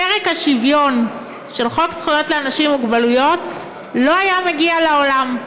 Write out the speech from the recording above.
פרק השוויון של חוק זכויות לאנשים עם מוגבלויות לא היה מגיע לעולם.